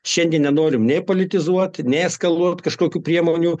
šiandien nenorim nei politizuot nei eskaluot kažkokių priemonių